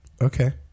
okay